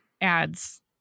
ads